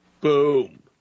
Boom